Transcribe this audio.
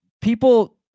People